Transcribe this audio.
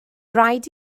rhaid